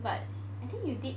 but I think you did